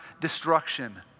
destruction